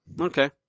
okay